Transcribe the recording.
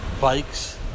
bikes